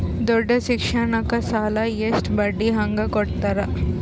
ದೊಡ್ಡ ಶಿಕ್ಷಣಕ್ಕ ಸಾಲ ಎಷ್ಟ ಬಡ್ಡಿ ಹಂಗ ಕೊಡ್ತಾರ?